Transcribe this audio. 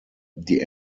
die